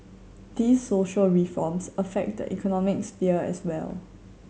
these social reforms affect the economic sphere as well